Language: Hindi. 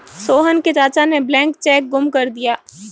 सोहन के चाचा ने ब्लैंक चेक गुम कर दिया